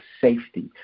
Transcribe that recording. safety